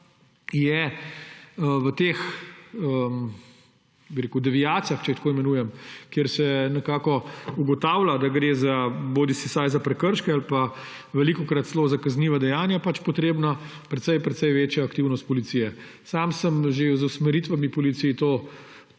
je v teh deviacijah, če tako imenujem, kjer se nekako ugotavlja, da gre vsaj za prekrške ali pa velikokrat celo za kazniva dejanja, potrebna precej precej večja aktivnosti policije. Sam sem že z usmeritvami policiji to